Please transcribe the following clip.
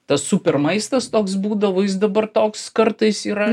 tas super maistas toks būdavo jis dabar toks kartais yra